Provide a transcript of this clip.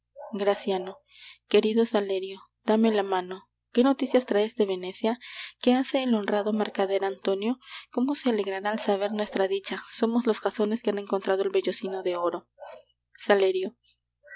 querido salerio dame la mano qué noticias traes de venecia qué hace el honrado mercader antonio cómo se alegrará al saber nuestra dicha somos los jasones que han encontrado el vellocino de oro salerio